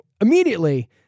immediately